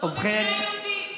זו מדינה יהודית.